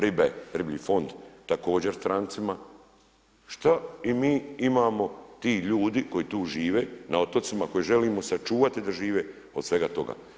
Ribe, riblji fond također strancima, šta imam i ti ljudi koji tu žive na otocima koji želimo sačuvati da žive od svega toga?